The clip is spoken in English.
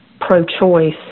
pro-choice